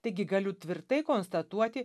taigi galiu tvirtai konstatuoti